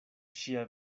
ŝia